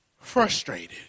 Frustrated